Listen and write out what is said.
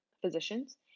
physicians